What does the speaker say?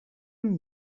amb